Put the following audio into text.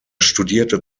studierte